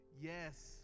Yes